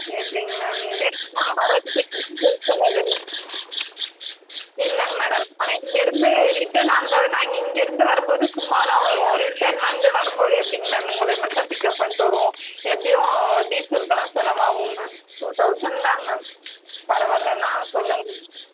எப்படிங்க மேம் இங்கிருந்து நான் வரதுக்கே டீசல் செலவு இல்லைங்க மேடம் நான் இங்கிருந்து ரிட்டன் அங்கே நாங்கள் இங்கிருந்து வரும்போது சும்மா தான் வருவோம் ரிட்டன் வந்து வரும்போது எப்படிங்க மேம் உங்களை மட்டும் எப்படிங்க பிக்அப் பண்ணிவிட்டு வருவோம் எப்படியும் டீசலுக்கெல்லாம் செலவாகும் மேம் டூ தௌசண்ட் தாங்க மேம் பரவாயில்லனா சொல்லுங்க மேம்